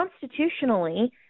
constitutionally